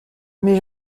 mais